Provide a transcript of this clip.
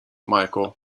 michael